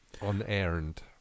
unearned